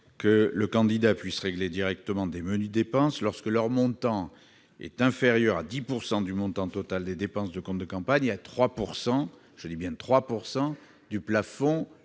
que le candidat puisse régler directement de menues dépenses lorsque leur montant est inférieur à 10 % du montant total des dépenses du compte de campagne et à 3 % du plafond